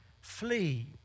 Flee